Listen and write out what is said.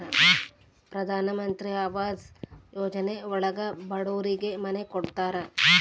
ಪ್ರಧನಮಂತ್ರಿ ಆವಾಸ್ ಯೋಜನೆ ಒಳಗ ಬಡೂರಿಗೆ ಮನೆ ಕೊಡ್ತಾರ